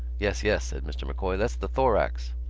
yes, yes, said mr. m'coy, that's the thorax.